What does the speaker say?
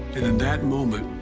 that moment,